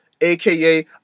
aka